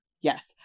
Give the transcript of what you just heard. yes